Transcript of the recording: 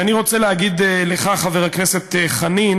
ואני רוצה להגיד לך, חבר הכנסת חנין,